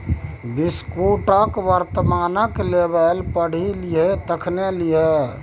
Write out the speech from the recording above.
बिस्कुटक वर्णनात्मक लेबल पढ़ि लिहें तखने लिहें